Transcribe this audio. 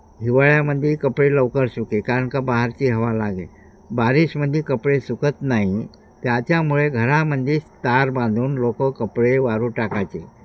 हिवाळ्यामध्ये कपडे लवकर सुके कारण का बाहेरची हवा लागे बारिशमध्ये कपडे सुकत नाही त्याच्यामुळे घरामध्येच तार बांधून लोकं कपडे वाळू टाकायचे